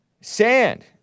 sand